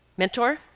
mentor